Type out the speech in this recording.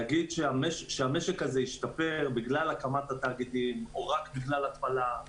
להגיד שהמשק הזה השתפר בגלל הקמת התאגידים או רק בגלל התפלה,